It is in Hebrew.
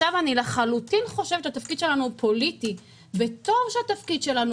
אני חושבת לחלוטין שהתפקיד שלנו הוא פוליטי וטוב שכך.